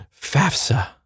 FAFSA